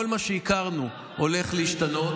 כל מה שהכרנו הולך להשתנות.